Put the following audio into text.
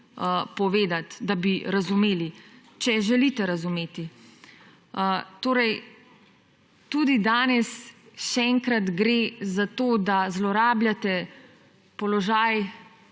povedati, da bi razumeli, če želite razumeti. Tudi danes, še enkrat, gre za to, da zlorabljate položaj,